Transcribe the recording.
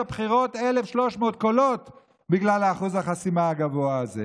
הבחירות 1,300 קולות בגלל אחוז החסימה הגבוה הזה.